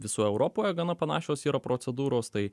visoj europoje gana panašios yra procedūros tai